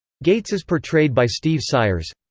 gates is portrayed by steve sires.